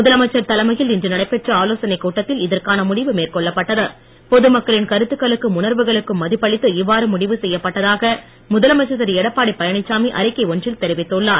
முதலமைச்சர் தலைமையில் இன்று நடைபெற்ற ஆலோசனைக் கூட்டத்தில் இதற்கான கருத்துக்களுக்கும் உணர்வுகளுக்கும் மதிப்பளித்து இவ்வாறு முடிவு செய்யப்பட்டதாக முதலமைச்சர் திருஎடப்பாடியழனிச்சாமி அறிக்கை ஒன்றில் தெரிவித்துள்ளார்